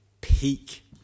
peak